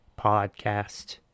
podcast